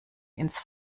ins